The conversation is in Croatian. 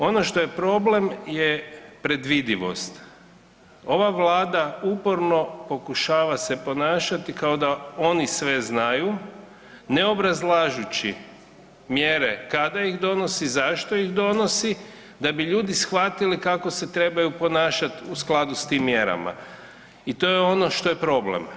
Ono što je problem je predvidivost, ova Vlada uporno pokušava se ponašati kao da oni sve znaju, ne obrazlažući mjere kada ih donosi, zašto ih donosi da bi ljudi shvatili kako se trebaju ponašati u skladu s tim mjerama i to je ono što je problem.